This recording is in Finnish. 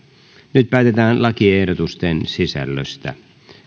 nyt päätetään lakiehdotusten sisällöstä